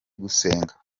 gusenga